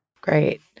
Great